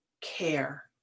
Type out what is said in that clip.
care